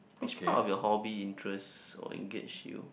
which part of your hobby interests or engage you